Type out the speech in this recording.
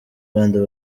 rwanda